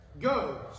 Go